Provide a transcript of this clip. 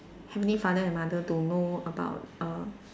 father and mother don't know about err